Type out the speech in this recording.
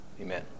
Amen